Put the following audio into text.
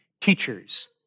Teachers